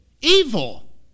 Evil